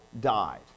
died